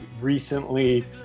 recently